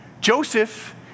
Joseph